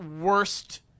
worst